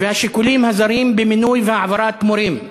והשיקולים הזרים במינוי והעברת מורים.